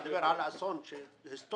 הוא דיבר על אסון, היסטורית.